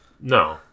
no